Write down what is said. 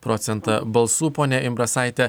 procentą balsų ponia imbrasaite